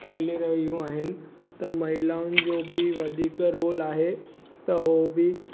खेले रहियूं आहिनि त महिलाउनि जो बि वधीक रोल आहे त उहे बि